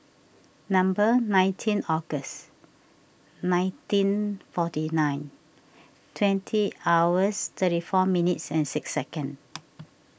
number nineteen August nineteen forty nine twenty hours thirty four minutes and six seconds